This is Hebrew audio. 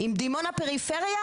אם דימונה פריפריה,